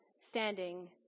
standing